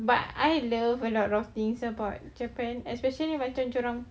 but I love a lot of things about japan especially macam dia orang